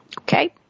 Okay